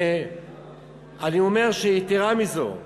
אני אומר, יתרה מזאת,